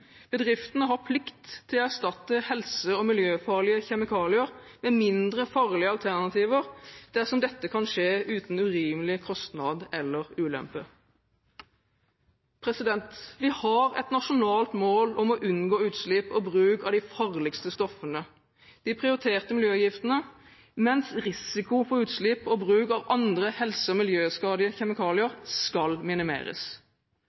Bedriftene har plikt til å erstatte helse- og miljøfarlige kjemikalier med mindre farlige alternativer dersom dette kan skje uten urimelig kostnad eller ulempe. Vi har et nasjonalt mål om å unngå utslipp og bruk av de farligste stoffene – de prioriterte miljøgiftene – mens risiko for utslipp og bruk av andre helse- og miljøskadelige kjemikalier skal minimeres.